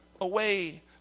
away